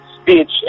speech